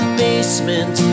basement